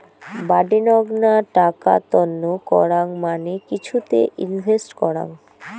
বাডেনগ্না টাকা তন্ন করাং মানে কিছুতে ইনভেস্ট করাং